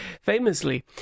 famously